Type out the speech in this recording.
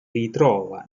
ritrova